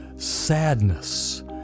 Sadness